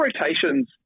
rotations